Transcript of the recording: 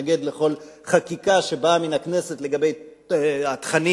מתנגד תמיד לכל חקיקה שבאה מהכנסת לגבי תכנים,